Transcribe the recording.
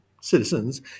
citizens